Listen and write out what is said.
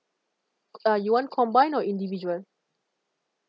uh you want combine or individual